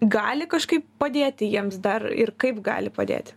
gali kažkaip padėti jiems dar ir kaip gali padėti